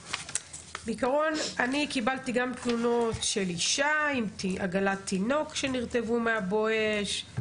בעיקרון אני קיבלתי גם תלונות של אישה עם עגלת תינוק שנרטבו מה"בואש",